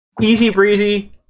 easy-breezy